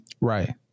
Right